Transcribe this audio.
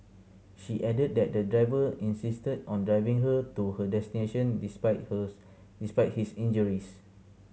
she added that the driver insisted on driving her to her destination despite despite his injuries